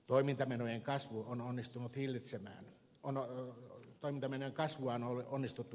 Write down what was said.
toimintamenojen kasvua on onnistuttu hillitsemään connor antaminen kasvuaan ole onnistuttu